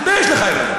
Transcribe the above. תתבייש לך.